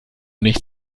nicht